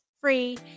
free